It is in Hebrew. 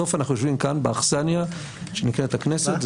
בסוף אנחנו יושבים כאן באכסניה שנקראת הכנסת,